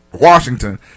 Washington